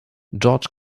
george